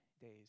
days